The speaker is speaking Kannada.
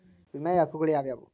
ವಿಮೆಯ ಹಕ್ಕುಗಳು ಯಾವ್ಯಾವು?